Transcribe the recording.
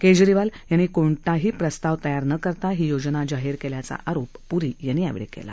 केजरीवाल यांनी कोणताही प्रस्ताव तयार न करता ही योजना जाहीर केल्याचा आरोप प्री यांनी केला